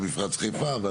על מפרץ חיפה.